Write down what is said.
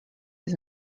his